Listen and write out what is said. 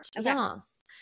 yes